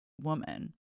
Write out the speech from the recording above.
woman